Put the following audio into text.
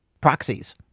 proxies